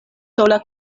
sola